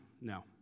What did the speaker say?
no